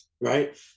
right